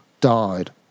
died